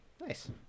Nice